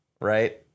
Right